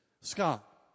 Scott